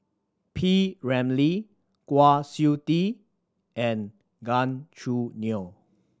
P Ramlee Kwa Siew Tee and Gan Choo Neo